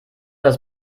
das